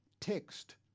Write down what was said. text